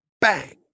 bang